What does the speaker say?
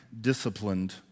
disciplined